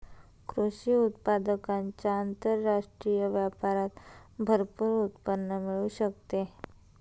कृषी उत्पादकांच्या आंतरराष्ट्रीय व्यापारात भरपूर उत्पन्न मिळू शकते